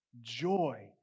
joy